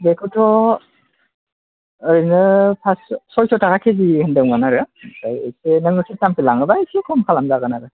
बेखौथ' ओरैनो फासस' सइस' थाखा किजि होनदोंमोन आरो एसे नों सेरथामसो लाङोबा एसे खम खालामजागोन आरो